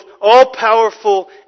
all-powerful